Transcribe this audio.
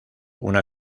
una